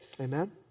Amen